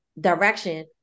direction